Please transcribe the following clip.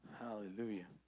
hallelujah